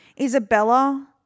Isabella